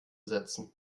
setzen